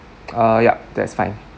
uh yup that's fine